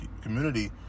community